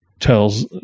tells